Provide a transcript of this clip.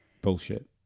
Bullshit